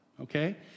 Okay